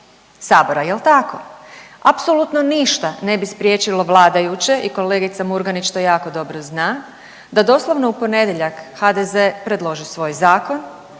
Sabora jel tako? Apsolutno ništa ne bi spriječilo vladajuće i kolegica Murganić to jako dobro zna, da doslovno u ponedjeljak HZD predloži svoj zakon